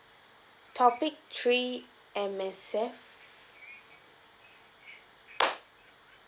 topic three M_S_F